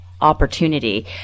opportunity